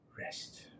rest